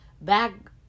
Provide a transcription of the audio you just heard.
back